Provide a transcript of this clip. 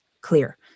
clear